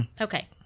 Okay